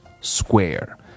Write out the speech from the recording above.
square